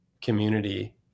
community